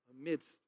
amidst